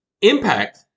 Impact